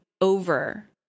over